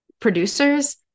producers